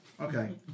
Okay